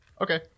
Okay